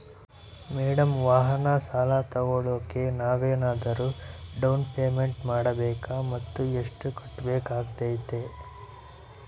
Madam ವಾಹನ ಸಾಲ ತೋಗೊಳೋಕೆ ನಾವೇನಾದರೂ ಡೌನ್ ಪೇಮೆಂಟ್ ಮಾಡಬೇಕಾ ಮತ್ತು ಎಷ್ಟು ಕಟ್ಬೇಕಾಗ್ತೈತೆ?